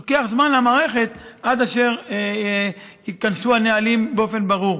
לוקח זמן למערכת עד אשר ייכנסו הנהלים באופן ברור.